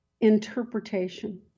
interpretation